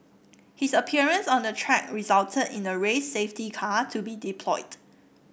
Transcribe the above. his appearance on the track resulted in the race safety car to be deployed